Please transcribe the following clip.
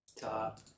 top